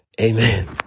Amen